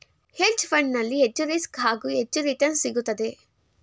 hedge fund ನಲ್ಲಿ ಹೆಚ್ಚು risk, ಹಾಗೂ ಹೆಚ್ಚು ರಿಟರ್ನ್ಸ್ ಸಿಗುತ್ತದೆ